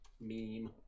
meme